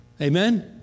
Amen